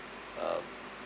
um